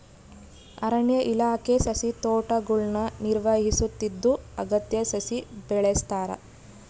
ಅರಣ್ಯ ಇಲಾಖೆ ಸಸಿತೋಟಗುಳ್ನ ನಿರ್ವಹಿಸುತ್ತಿದ್ದು ಅಗತ್ಯ ಸಸಿ ಬೆಳೆಸ್ತಾರ